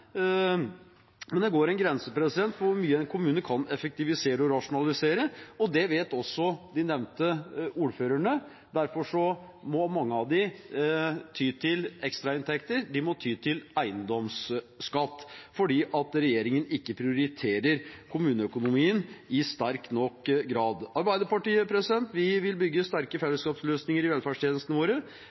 Men det går en grense for hvor mye en kommune kan effektivisere og rasjonalisere, og det vet også de nevnte ordførerne. Derfor må mange av dem ty til ekstrainntekter. De må ty til eiendomsskatt fordi regjeringen ikke prioriterer kommuneøkonomien i sterk nok grad. Arbeiderpartiet vil bygge sterke fellesskapsløsninger i velferdstjenestene våre,